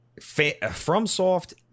FromSoft